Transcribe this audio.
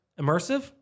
immersive